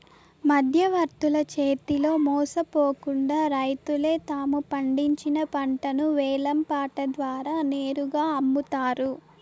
మధ్యవర్తుల చేతిలో మోసపోకుండా రైతులే తాము పండించిన పంటను వేలం పాట ద్వారా నేరుగా అమ్ముతారు